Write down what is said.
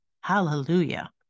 Hallelujah